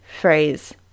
phrase